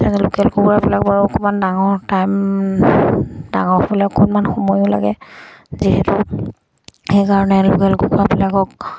local কুকুৰাবিলাক বাৰু অকমান ডাঙৰ টাইম ডাঙৰবিলাক অকণমান সময়ো লাগে যিহেতু সেইকাৰণে লোকেল কুকুৰাবিলাকক